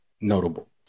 notable